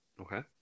Okay